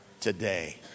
today